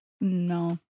no